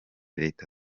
leta